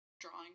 drawing